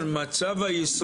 ינון, מצב היסוד